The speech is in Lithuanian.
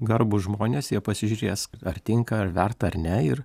garbūs žmonės jie pasižiūrės ar tinka ar verta ar ne ir